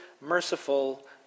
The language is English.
merciful